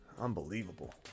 Unbelievable